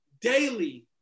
daily